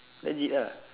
legit ah